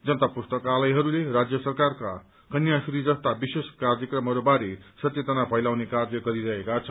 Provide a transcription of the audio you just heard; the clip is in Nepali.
जनता पुस्तकालयहरूले राज्य सरकारका कन्याश्री जस्ता विशेष कार्यक्रमहरूबारे सचेतना फैलाउने कार्य गरिरहेका छन्